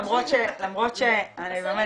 למרות שזה באמת